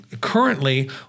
currently